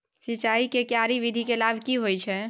सिंचाई के क्यारी विधी के लाभ की होय छै?